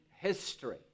history